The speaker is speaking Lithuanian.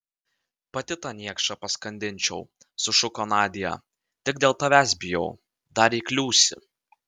pati tą niekšą paskandinčiau sušuko nadia tik dėl tavęs bijau dar įkliūsi